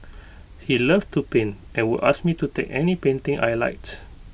he love to paint and would ask me to take any painting I liked